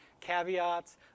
caveats